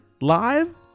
live